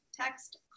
Text